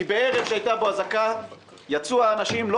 כי בערב שהייתה בו אזעקה יצאו האנשים מן המסעדה,